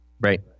Right